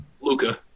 Luca